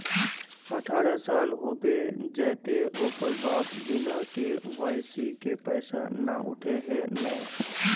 अठारह साल होबे जयते ओकर बाद बिना के.वाई.सी के पैसा न उठे है नय?